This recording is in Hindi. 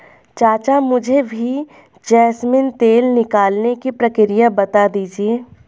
चाचा मुझे भी जैस्मिन तेल निकालने की प्रक्रिया बता दीजिए